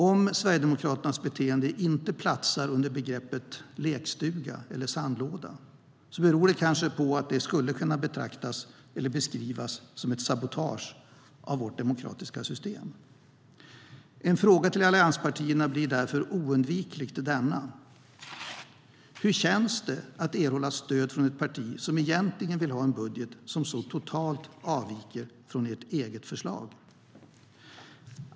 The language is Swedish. Om Sverigedemokraternas beteende inte platsar under begreppet lekstuga eller sandlåda beror det kanske på att det skulle kunna beskrivas som ett sabotage av vårt demokratiska system. En fråga till allianspartierna blir därför oundvikligen denna: Hur känns det att erhålla stöd från ett parti som egentligen vill ha en budget som så totalt avviker från ert eget förslag?